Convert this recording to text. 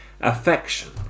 affection